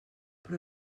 però